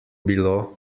bilo